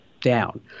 down